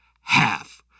half